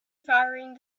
firing